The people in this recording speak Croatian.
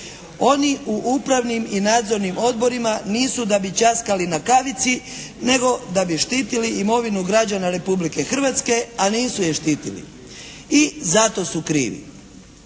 Oni u upravnim i nadzornim odborima nisu da bi ćaskali na kavici nego da bi štitili imovinu građana Republike Hrvatske, a nisu je štitili. I zato su krivi.